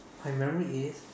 my memory is